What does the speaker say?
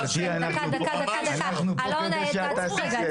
דקה, אלן, תעצרו רגע,